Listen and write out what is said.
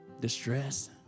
distress